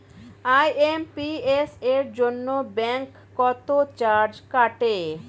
IMPS এর জন্য bank কত চার্জ কাটে?